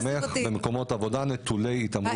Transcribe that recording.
אני תומך במקומות עבודה נטולי התעמרות תעסוקתית.